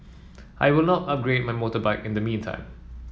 I will not upgrade my motorbike in the meantime